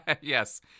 Yes